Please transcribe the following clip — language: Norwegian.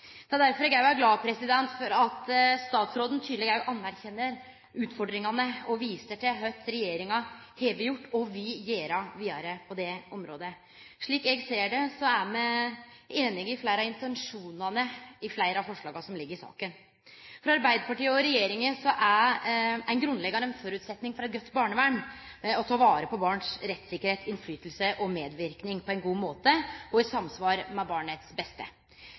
bør styrkjast. Derfor er eg glad for at statsråden så tydeleg anerkjenner utfordringane og viser til kva regjeringa har gjort og vil gjere vidare på det området. Slik eg ser det, er me einige i fleire av intensjonane i fleire av forslaga i saka. For Arbeidarpartiet og regjeringa er det ein grunnleggjande føresetnad for eit godt barnevern å ta vare på barns rettssikkerheit, påverknad og medverknad på ein god måte og i samsvar med barnets beste.